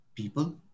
people